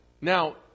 Now